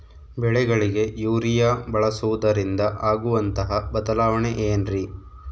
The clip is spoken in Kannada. ಬೆಳೆಗಳಿಗೆ ಯೂರಿಯಾ ಬಳಸುವುದರಿಂದ ಆಗುವಂತಹ ಬದಲಾವಣೆ ಏನ್ರಿ?